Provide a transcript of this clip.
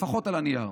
לפחות על הנייר.